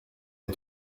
les